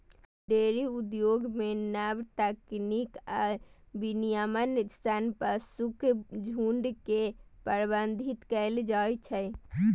dairy उद्योग मे नव तकनीक आ विनियमन सं पशुक झुंड के प्रबंधित कैल जाइ छै